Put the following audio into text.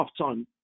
halftime